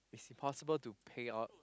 impossible to pay up